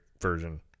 version